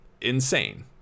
insane